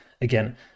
again